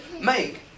make